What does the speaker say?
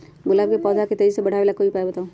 गुलाब के पौधा के तेजी से बढ़ावे ला कोई उपाये बताउ?